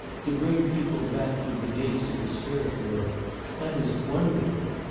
to bring people back through the gates of the spirit-world that is wonderful.